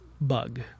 bug